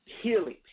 healing